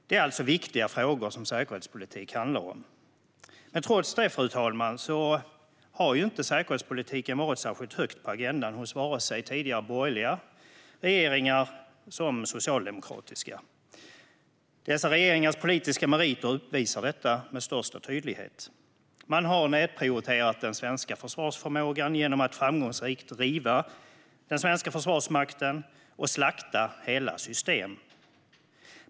Det är alltså viktiga frågor som säkerhetspolitik handlar om. Trots det, fru talman, har inte säkerhetspolitiken legat särskilt högt på agendan hos vare sig tidigare borgerliga regeringar eller socialdemokratiska regeringar. Dessa regeringars politiska meriter uppvisar detta med största tydlighet. Man har nedprioriterat den svenska försvarsförmågan genom att framgångsrikt riva den svenska Försvarsmakten och slakta hela system.